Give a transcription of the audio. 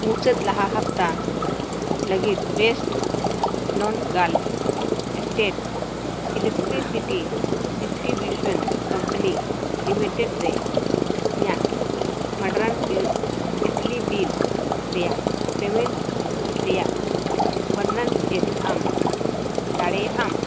ᱢᱩᱪᱟᱹᱫ ᱞᱟᱦᱟ ᱦᱟᱯᱛᱟ ᱞᱟᱹᱜᱤᱫ west Bengal state electricity distribution company limited ᱨᱮ ᱤᱧᱟᱹᱜ ᱢᱟᱰᱨᱟᱱ ᱵᱤᱡᱽᱞᱤ ᱵᱤᱞ ᱨᱮᱭᱟᱜ ᱯᱮᱹᱢᱮᱹᱱᱴ ᱨᱮᱭᱟᱜ ᱵᱚᱨᱱᱚᱱ ᱪᱮᱫ ᱟᱢ ᱫᱟᱲᱮᱭᱟᱜᱼᱟ